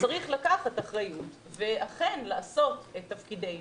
צריך לקחת אחריות ואכן לעשות את תפקידנו.